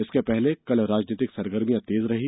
इसके पूर्व कल राजनीतिक सरगर्भियां तेज रही